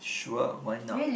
sure why not